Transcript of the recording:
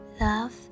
love